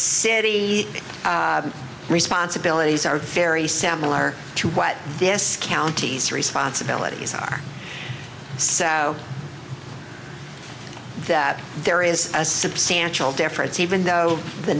city responsibilities are very similar to what this county's responsibilities are so that there is a substantial difference even though the